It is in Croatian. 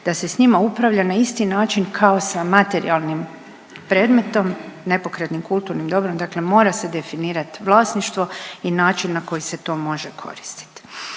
da se s njima upravlja na isti način kao sa materijalnim predmetom, nepokretnim kulturnim dobrom, dakle mora se definirat vlasništvo i način na koji se to može koristit.